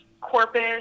Corpus